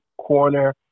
corner